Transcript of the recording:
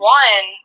one